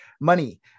Money